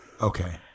Okay